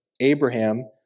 Abraham